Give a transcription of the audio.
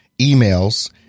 emails